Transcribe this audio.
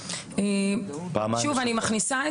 פעמיים בשבוע.